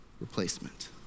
replacement